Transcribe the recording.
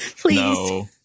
Please